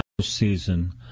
season